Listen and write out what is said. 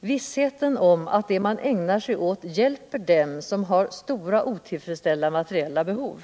vissheten om att det man ägnar sig åt hjälper dem som har stora otillfredsställda materiella behov.